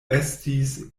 estis